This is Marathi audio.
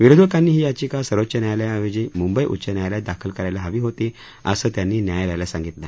विरोधकांनी ही याचिका सर्वोच्च न्यायालयाऐवजी मुंबई उच्च न्यायालयात दाखल करायला हवी होती असं त्यांनी न्यायालयाला सांगितलं